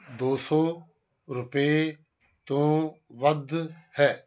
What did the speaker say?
ਦੋ ਸੌ ਰੁਪਏ ਤੋਂ ਵੱਧ ਹੈ